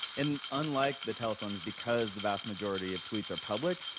and unlike the telephones, because the vast majority of tweets are public,